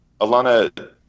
alana